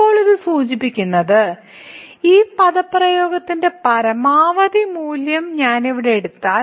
ഇപ്പോൾ ഇത് സൂചിപ്പിക്കുന്നത് ഈ പദപ്രയോഗത്തിന്റെ പരമാവധി മൂല്യം ഞാൻ ഇവിടെ എടുത്താൽ